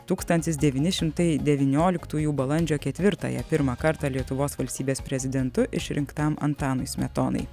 tūkstantis devyni šimtai devynioliktųjų balandžio ketvirtąją pirmą kartą lietuvos valstybės prezidentu išrinktam antanui smetonai